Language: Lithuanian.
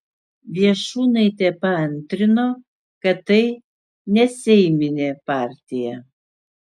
viešūnaitė paantrino kad tai neseiminė partija